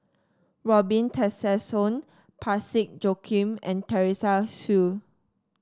Robin Tessensohn Parsick Joaquim and Teresa Hsu